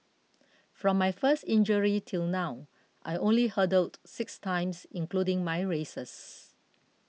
from my first injury till now I only hurdled six times including my races